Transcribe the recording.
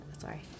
Sorry